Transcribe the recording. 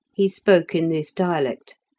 he spoke in this dialect,